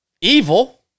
evil